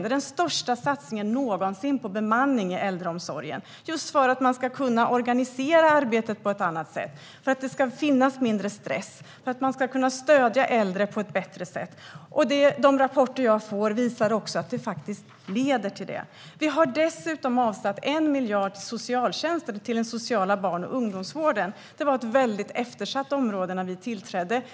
Det är den största satsningen någonsin på bemanning i äldreomsorgen. Det handlar om att man ska kunna organisera arbetet på ett annat sätt, att det ska finnas mindre stress och att man ska kunna stödja äldre på ett bättre sätt. De rapporter jag får visar också att det faktiskt leder till det. Vi har dessutom avsatt 1 miljard till socialtjänsten och den sociala barn och ungdomsvården. Det var ett väldigt eftersatt område när vi tillträdde.